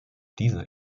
dieser